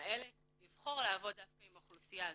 האלה כדי לבחור לעבוד דווקא עם האוכלוסייה הזאת.